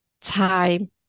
time